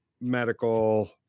medical